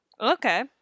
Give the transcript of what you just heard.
Okay